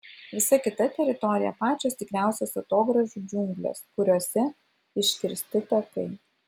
visa kita teritorija pačios tikriausios atogrąžų džiunglės kuriose iškirsti takai